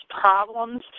problems